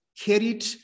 carried